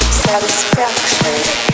satisfaction